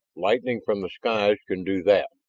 lightning from the skies can do that.